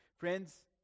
Friends